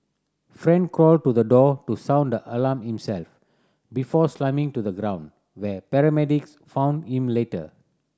Fan crawled to the door to sound the alarm himself before slumping to the ground where paramedic found him later